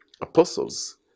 apostles